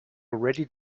already